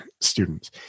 students